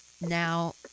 now